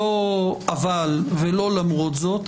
לא אבל ולא למרות זאת,